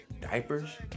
diapers